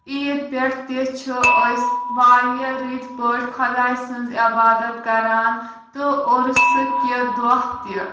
عیٖد پٮ۪ٹھ تہِ چُھ أسۍ واریاہ رٔتۍ پٲٹھۍ خۄدایہِ سٕنٛز عبادت کَران تہٕ عوٚرسُہ کہِ دۄہ تہِ